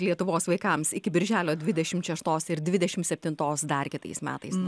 lietuvos vaikams iki birželio dvidešim šeštos ir dvidešim septintos dar kitais metais